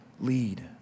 lead